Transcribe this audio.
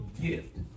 gift